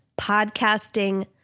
podcasting